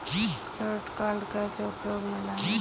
Credit card कैसे उपयोग में लाएँ?